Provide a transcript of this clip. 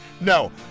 No